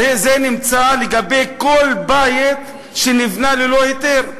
אז זה נמצא לגבי כל בית שנבנה ללא היתר,